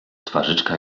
twarzyczka